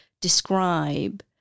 describe